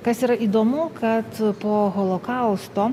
kas yra įdomu kad po holokausto